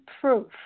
proof